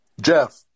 Jeff